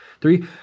three